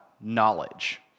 knowledge